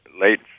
late